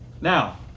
now